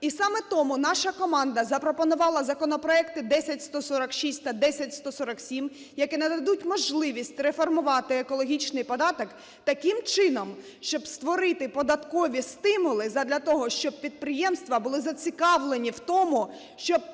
І саме тому наша команда запропонувала законопроекти 10146 та 10147, які нададуть можливість реформувати екологічний податок таким чином, щоб створити податкові стимули задля того, щоб підприємства були зацікавлені в тому, щоб інвестувати